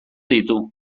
ditu